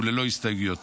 וללא הסתייגויות.